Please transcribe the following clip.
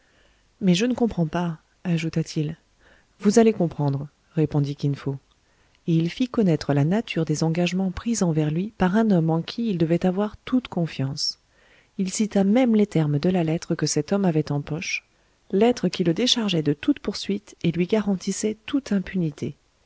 mais je ne comprends pas ajouta-t-il vous allez comprendre répondit kin fo et il fit connaître la nature des engagements pris envers lui par un homme en qui il devait avoir toute confiance il cita même les termes de la lettre que cet homme avait en poche lettre qui le déchargeait de toute poursuite et lui garantissait toute impunité